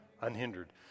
Unhindered